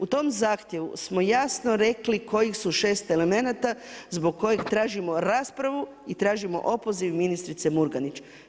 U tom zahtjevu smo jasno rekli kojih su 6 elemenata zbog kojeg tražimo raspravu i tražimo opoziv ministrice Murganić.